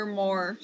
more